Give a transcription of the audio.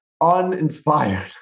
uninspired